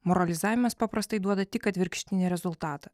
moralizavimas paprastai duoda tik atvirkštinį rezultatą